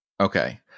Okay